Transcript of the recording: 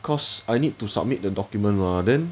cause I need to submit the document mah then